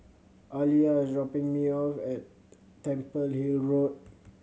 Aliyah is dropping me off at Temple Hill Road